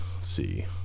See